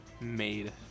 Made